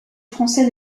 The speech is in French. français